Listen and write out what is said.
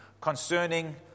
concerning